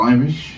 Irish